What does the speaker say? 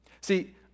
See